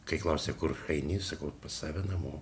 kai klausia kur eini sakau pas save namo